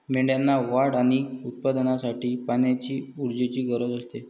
मेंढ्यांना वाढ आणि उत्पादनासाठी पाण्याची ऊर्जेची गरज असते